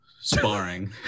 sparring